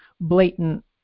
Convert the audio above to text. blatant